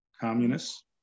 communists